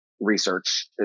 research